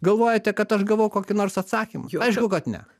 galvojate kad aš gavau kokį nors atsakymą aišku kad ne